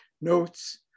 notes